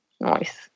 Nice